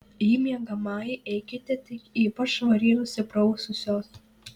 į miegamąjį eikite tik ypač švariai nusipraususios